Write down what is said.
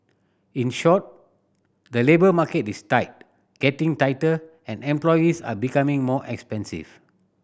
in short the labour market is tight getting tighter and employees are becoming more expensive